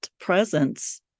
presence